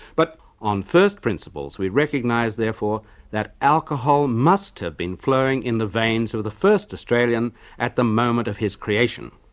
but on first principles we recognise therefore that alcohol must have been flowing in the veins of the first australian at the moment of his creation.